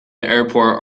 airport